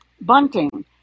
bunting